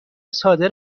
ساده